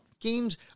games